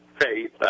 faith